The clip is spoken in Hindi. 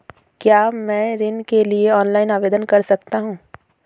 क्या मैं ऋण के लिए ऑनलाइन आवेदन कर सकता हूँ?